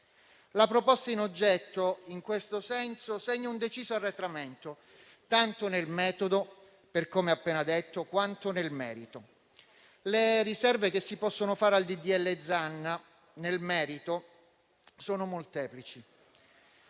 La proposta in oggetto in questo senso segna un deciso arretramento, tanto nel metodo, per come appena detto, quanto nel merito. Le riserve che si possono muovere al disegno di legge Zan nel merito sono molteplici.